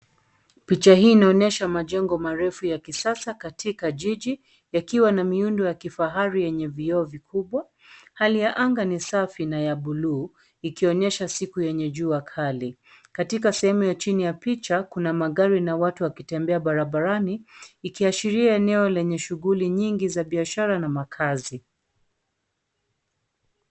Picha hii inaonyesha majengo ya kisasa katika jiji. Yakiwa na miundo ya kifahari yenye vioo vikubwa. Hali ya anga ni safi na ya buluu, ikionyesha siku yenye jua kali. Katika sehemu ya chini ya picha, kuna magari na watu wakitembea barabarani, ikiashiria eneo lenye shuguli nyingi za biashara na makazi.